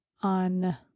on